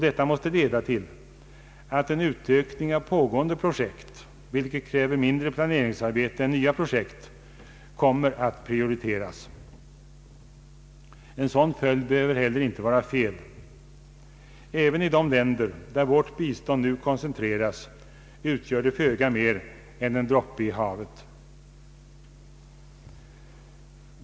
Detta måste leda till att utökning av pågående projekt — vilket kräver mindre planeringsarbete än nya projekt — kommer att prioriteras. En sådan följd behöver heller inte vara fel. även i de länder där vårt bistånd nu koncentreras, utgör det föga mer än en droppe i havet.